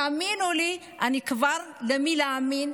תאמינו לי, למי להאמין?